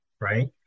right